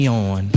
on